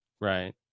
right